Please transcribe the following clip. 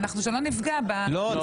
שלא נפגע --- לא,